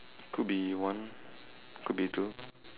could be one could be two